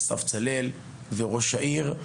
אסף צלאל וראש העיר.